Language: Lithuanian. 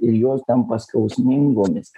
ir jos tampa skausmingomis